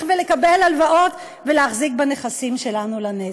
לקבל הלוואות ולהחזיק בנכסים שלנו לנצח.